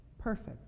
perfect